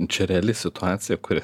čia reali situacija kuri